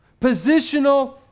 Positional